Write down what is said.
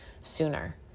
sooner